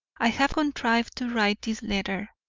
i have contrived to write this letter,